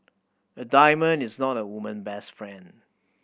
a diamond is not a woman best friend